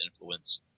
influence